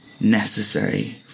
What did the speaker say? necessary